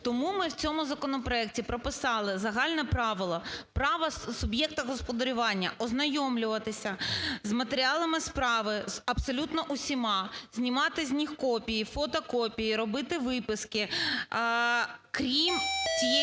Тому ми в цьому законопроекті прописали загальне правило – право суб'єкта господарювання ознайомлюватися з матеріалами справи, з абсолютно усіма, знімати з них копії, фотокопії, робити виписки, крім тієї